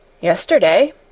Yesterday